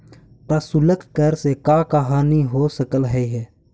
प्रशुल्क कर से का का हानि हो सकलई हे